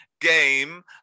game